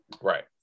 Right